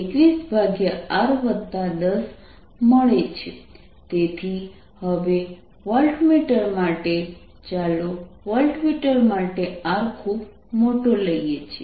V1 6021R10 તેથી હવે voltmeter માટે ચાલો વોલ્ટમીટર માટે R ખૂબ મોટો લઈએ છે